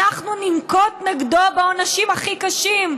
אנחנו ננקוט נגדו את העונשים הכי קשים.